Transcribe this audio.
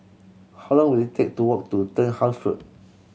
how long will it take to walk to Turnhouse Road